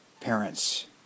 parents